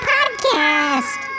Podcast